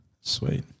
Sweet